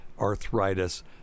arthritis